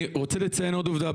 אני רוצה לציין עוד עובדה,